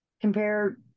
compare